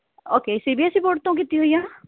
okay C B S E board ਤੋਂ ਕੀਤੀ ਹੋਈ ਆ